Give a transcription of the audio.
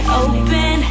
open